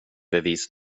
bevis